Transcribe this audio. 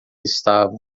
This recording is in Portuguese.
estava